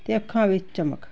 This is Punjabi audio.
ਤੇ ਅੱਖਾਂ ਵਿੱਚ ਚਮਕ